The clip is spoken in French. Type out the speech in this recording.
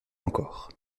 encore